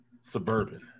Suburban